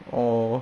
oh